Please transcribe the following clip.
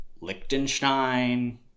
Liechtenstein